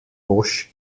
bosch